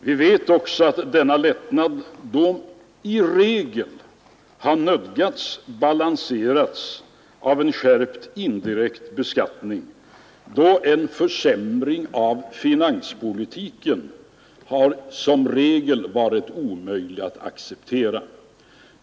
Vi vet också att denna lättnad i regel har måst balanseras av en skärpt indirekt beskattning, då en försämring av finanspolitiken som regel har varit omöjlig att acceptera.